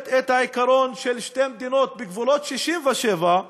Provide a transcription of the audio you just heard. מקבלת את העיקרון של שתי מדינות בגבולות 67',